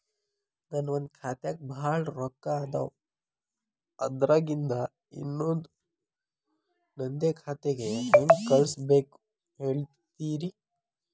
ನನ್ ಒಂದ್ ಖಾತ್ಯಾಗ್ ಭಾಳ್ ರೊಕ್ಕ ಅದಾವ, ಅದ್ರಾಗಿಂದ ಇನ್ನೊಂದ್ ನಂದೇ ಖಾತೆಗೆ ಹೆಂಗ್ ಕಳ್ಸ್ ಬೇಕು ಹೇಳ್ತೇರಿ?